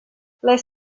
les